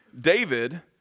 David